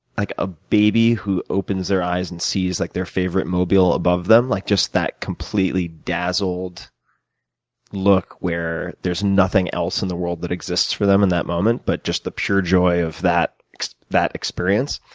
like a baby who opens their eyes and sees like their favorite mobile above them like just that completely dazzled look where there's nothing else in the world that exists for them in that moment but just the pure joy of that that experience.